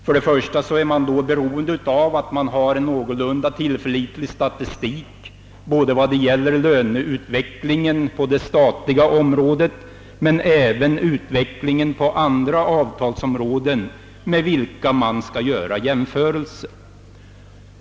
Först och främst är man då beroende av en någorlunda tillförlitlig statistik både när det gäller löneutvecklingen på det statliga området och löneutvecklingen på andra avtalsområden, med vilka man skall göra jämförelser.